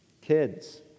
Kids